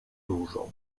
dużo